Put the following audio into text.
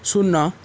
ଶୂନ